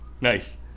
Nice